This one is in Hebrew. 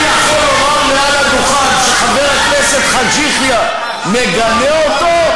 אני יכול לומר מעל הדוכן שחבר הכנסת חאג' יחיא מגנה אותו?